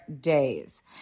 days